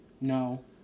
No